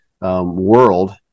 world